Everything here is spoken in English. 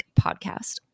podcast